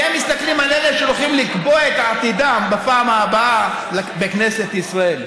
כי הם מסתכלים על אלה שהולכים לקבוע את עתידם בפעם הבאה בכנסת ישראל.